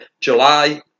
July